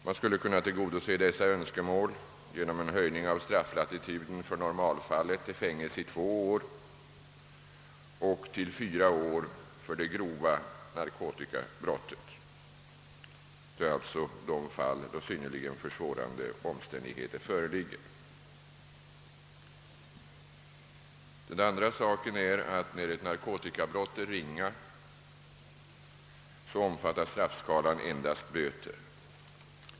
Man skulle kunna tillgodose dessa önskemål genom en höjning av strafflatituden för normalfallet till fängelse i två år och till fyra år för det grova narkotikabrottet, alltså de fall då synnerligen försvårande omständigheter föreligger. Vad man för det andra har att ta hän syn till är att när narkotikabrott är ringa omfattar straffskalan endast böter.